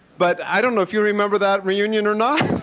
but, i don't know if you remember that reunion or not,